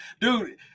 dude